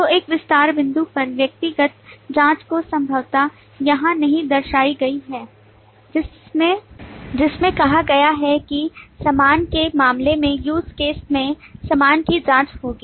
तो एक विस्तार बिंदु पर व्यक्तिगत जांच जो संभवतः यहां नहीं दर्शाई गई है जिसमें कहा गया है कि सामान के मामले में use case में सामान की जांच होगी